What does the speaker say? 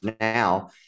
now